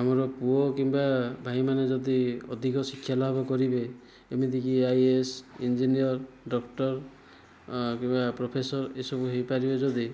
ଆମର ପୁଅ କିମ୍ବା ଭାଇମାନେ ଯଦି ଅଧିକ ଶିକ୍ଷା ଲାଭ କରିବେ ଏମିତିକି ଆଇଏଏସ୍ ଇଞ୍ଜିନିୟର ଡକ୍ଟର କିମ୍ବା ପ୍ରଫେସର ଏସବୁ ହୋଇପାରିବେ ଯଦି